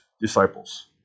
disciples